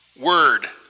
word